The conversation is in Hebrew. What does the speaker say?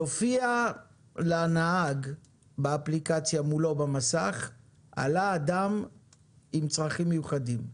יופיע לנהג באפליקציה מולו במסך שעלה אדם עם צרכים מיוחדים.